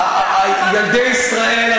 ילדי ישראל,